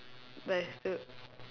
but I still